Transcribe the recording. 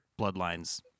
bloodlines